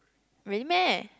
really meh